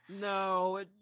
No